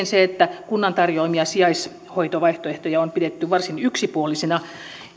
se että kunnan tarjoamia sijaishoitovaihtoehtoja on pidetty varsin yksipuolisina